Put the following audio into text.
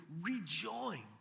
rejoined